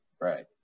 Right